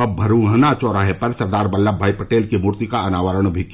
और भरूहना चौराहे पर सरदार वल्लम भाई पटेल की मूर्ति का अनावरण भी किया